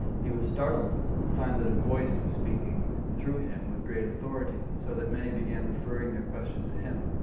he was startled to find that a voice was speaking through him with great authority, so that many began referring their questions to him.